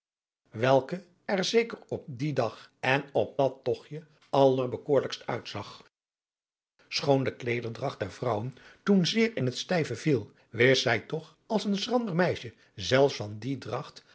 welke er zeker op dien dag en op dat togtje allerbekoorlijkst uitzag schoon de kleederdragt der vrouwen toen zeer in het stijve viel wist zij toch als een schrander meisje zelfs van die